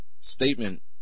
statement